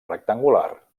rectangular